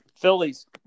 Phillies